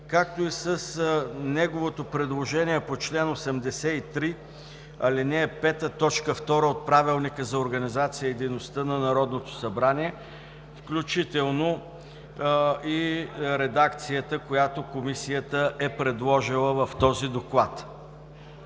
както и неговото предложение по чл. 83, ал. 5, т. 2 от Правилника за организацията и дейността на Народното събрание, включително и редакцията, която Комисията е предложила в този доклад.